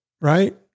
Right